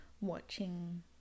watching